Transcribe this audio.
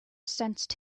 sensed